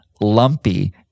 Lumpy